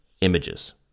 images